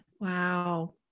Wow